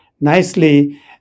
nicely